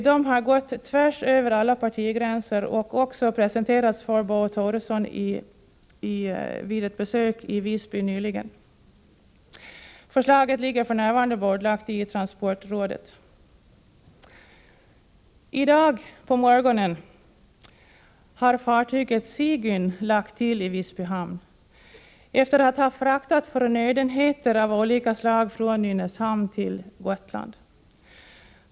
De har gått tvärsöver alla partigränser och även presenterats för Bo Toresson under ett besök som han gjorde i Visby nyligen. Förslaget ligger för närvarande bordlagt i transportrådet. I dag på morgonen har fartyget Sigyn lagt till i Visby hamn efter att ha fraktat förnödenheter av olika slag från Nynäshamn till Gotland.